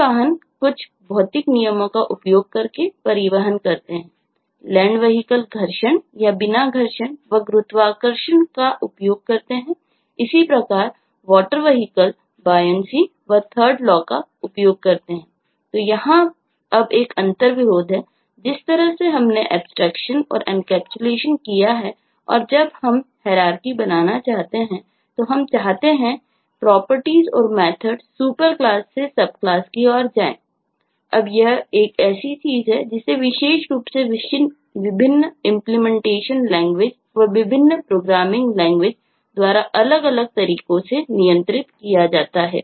सभी वाहन कुछ भौतिक नियमों का उपयोग करके परिवहन करते हैंland vehicle घर्षण या बिना घर्षण व गुरुत्वाकर्षण का उपयोग करते हैंऔर इसी प्रकार water vehicle बॉयनस्की द्वारा अलग अलग तरीकों से नियंत्रित किया जाता है